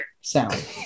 sound